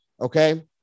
Okay